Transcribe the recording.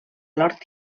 lord